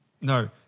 no